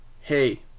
hey